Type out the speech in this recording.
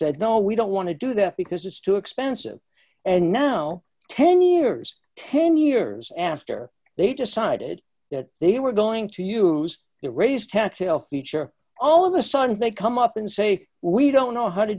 said no we don't want to do that because it's too expensive and now ten years ten years after they decided that they were going to use it res tactile feature all of a sudden they come up and say we don't know how to